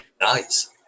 Nice